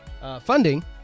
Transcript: funding